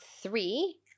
three